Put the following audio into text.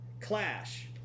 Clash